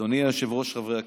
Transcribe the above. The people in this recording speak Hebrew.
אדוני היושב-ראש, חברי הכנסת,